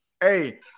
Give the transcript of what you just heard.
Hey